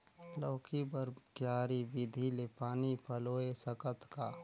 लौकी बर क्यारी विधि ले पानी पलोय सकत का?